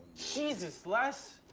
jesus, les.